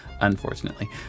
unfortunately